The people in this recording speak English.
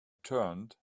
turned